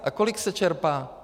A kolik se čerpá?